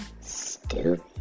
Stupid